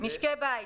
משקי בית.